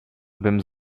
bym